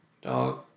dog